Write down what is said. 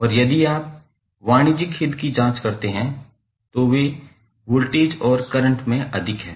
और यदि आप वाणिज्यिक हित की जांच करते हैं तो वे वोल्टेज और करंट में अधिक हैं